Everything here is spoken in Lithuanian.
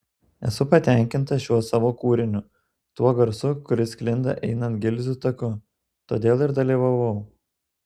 esu patenkinta šiuo savo kūriniu tuo garsu kuris sklinda einant gilzių taku todėl ir dalyvavau